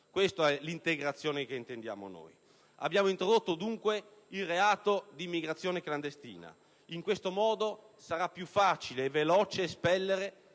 Questa è l'integrazione che intendiamo noi. Abbiamo introdotto, dunque, il reato d'immigrazione clandestina. In questo modo sarà più facile e veloce espellere